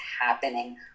happening